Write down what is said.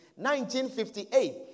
1958